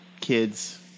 kids